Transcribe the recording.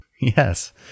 yes